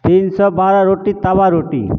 तीन सओ बारह रोटी तवा रोटी